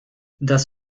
das